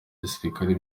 gisirikare